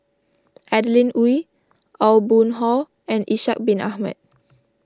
Adeline Ooi Aw Boon Haw and Ishak Bin Ahmad